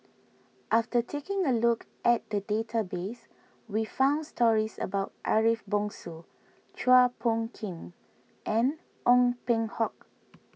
after taking a look at the database we found stories about Ariff Bongso Chua Phung Kim and Ong Peng Hock